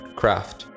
craft